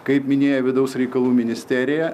kaip minėjo vidaus reikalų ministerija